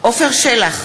עפר שלח,